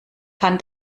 kann